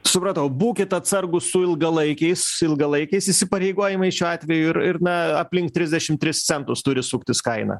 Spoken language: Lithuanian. supratau būkit atsargūs su ilgalaikiais ilgalaikiais įsipareigojimais šiuo atveju ir ir na aplink trisdešim tris centus turi suktis kaina